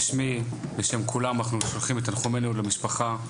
בשמי ובשם כולם אנחנו שולחים את תנחומינו למשפחה.